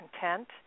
content